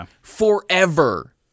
forever